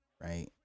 right